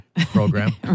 program